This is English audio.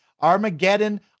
Armageddon